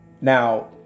now